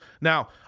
Now